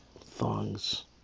Thongs